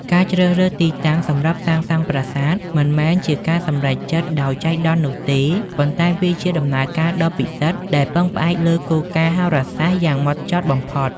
ការជ្រើសរើសទីតាំងសម្រាប់សាងសង់ប្រាសាទមិនមែនជាការសម្រេចចិត្តដោយចៃដន្យនោះទេ ប៉ុន្តែវាជាដំណើរការដ៏ពិសិដ្ឋដែលពឹងផ្អែកលើគោលការណ៍ហោរាសាស្ត្រយ៉ាងហ្មត់ចត់បំផុត។